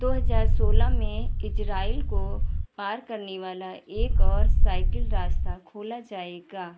दो हज़ार सोलह में इज़राइल को पार करने वाला एक और साइकिल रास्ता खोला जाएगा